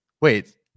Wait